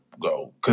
go